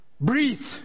Breathe